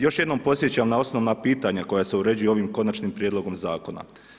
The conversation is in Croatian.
Još jednom podsjećam na osnovan pitanja, koji se uređuju ovim konačnim prijedlogom zakona.